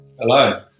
Hello